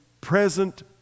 present